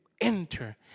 enter